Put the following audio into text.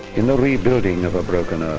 in the rebuilding of a broken earth,